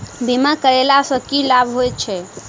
बीमा करैला सअ की लाभ होइत छी?